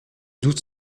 doutes